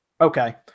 Okay